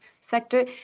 sector-